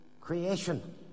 creation